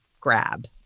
grab